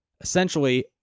essentially